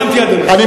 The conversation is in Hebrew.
סיימתי, אדוני.